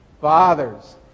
Fathers